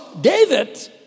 David